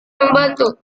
membantu